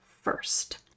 first